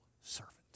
servant